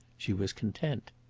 she was content.